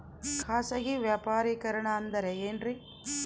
ಖಾಸಗಿ ವ್ಯಾಪಾರಿಕರಣ ಅಂದರೆ ಏನ್ರಿ?